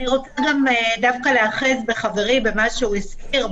אני רוצה להיאחז דווקא במה שהזכיר חברי,